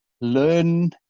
learn